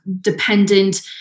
dependent